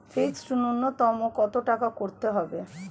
Fixed নুন্যতম কত টাকা করতে হবে?